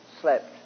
slept